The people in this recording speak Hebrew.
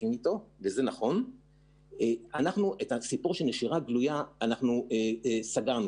את הסיפור של נשירה גלויה סגרנו,